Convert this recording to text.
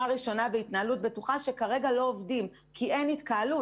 ראשונה והתנהלות בטוחה שכרגע לא עובדים כי אסור להתקהל.